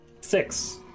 Six